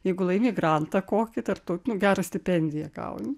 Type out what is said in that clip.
jeigu laimi grantą kokį tarptautinį gerą stipendiją gauni